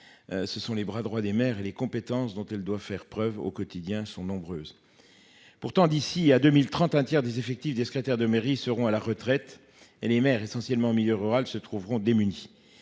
Ce sont les bras droit des mères et les compétences dont elle doit faire preuve au quotidien sont nombreuses. Pourtant, d'ici à 2030 un tiers des effectifs des secrétaires de mairie seront à la retraite et les maires essentiellement en milieu rural se trouveront démunis.